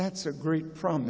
that's a great prom